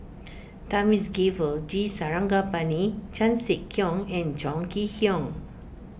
Thamizhavel G Sarangapani Chan Sek Keong and Chong Kee Hiong